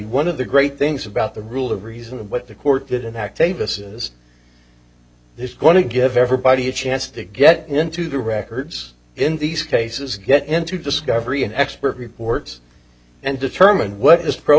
one of the great things about the rule of reason and what the court did and activists is this going to give everybody a chance to get into the records in these cases get into discovery an expert reports and determine what is pro